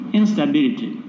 instability